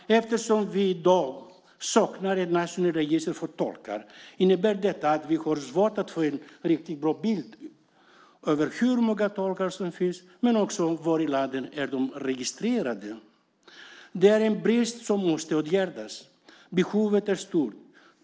Eftersom vi i dag saknar ett nationellt register för tolkar har vi svårt att få en riktigt bra bild av hur många tolkar som finns men också av var i landet de är registrerade. Det är en brist som måste åtgärdas. Behovet är stort.